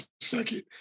second